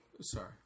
Sorry